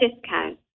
discount